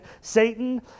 Satan